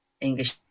English